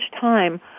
time